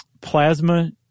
plasma